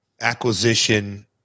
acquisition